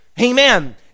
amen